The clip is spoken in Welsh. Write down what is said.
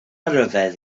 ryfedd